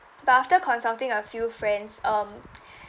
but after consulting a few friends um